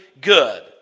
good